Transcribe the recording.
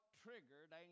triggered